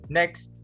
next